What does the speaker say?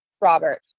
Robert